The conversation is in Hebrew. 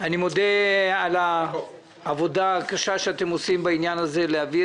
אני מקווה שהיא תהיה ישיבה קצרה.